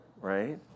Right